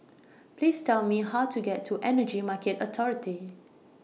Please Tell Me How to get to Energy Market Authority